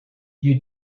you